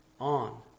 on